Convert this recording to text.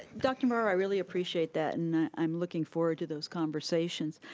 dr. navarro i really appreciate that and i'm looking forward to those conversations.